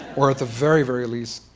or at the very, very least,